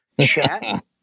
chat